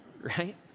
Right